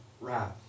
wrath